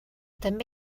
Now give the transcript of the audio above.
també